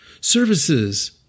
Services